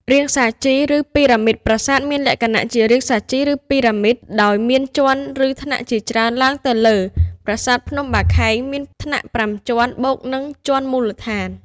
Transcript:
រាងសាជី ឬពីរ៉ាមីតប្រាសាទមានលក្ខណៈជា រាងសាជី ឬ ពីរ៉ាមីត ដោយមានជាន់ ឬថ្នាក់ជាច្រើនឡើងទៅលើ។ ប្រាសាទភ្នំបាខែង មានថ្នាក់៥ជាន់ បូកនឹងជាន់មូលដ្ឋាន។